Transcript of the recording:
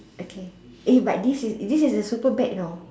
okay eh but this is this is the super bad you know